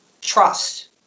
trust